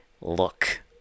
look